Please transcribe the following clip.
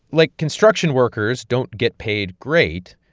like, construction workers don't get paid great,